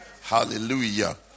hallelujah